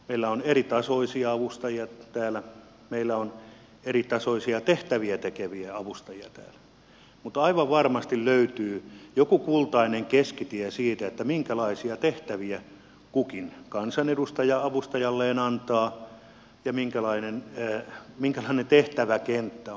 meillä on eritasoisia avustajia täällä meillä on eritasoisia tehtäviä tekeviä avustajia täällä mutta aivan varmasti löytyy joku kultainen keskitie siinä minkälaisia tehtäviä kukin kansanedustaja avustajalleen antaa ja minkälainen tehtäväkenttä on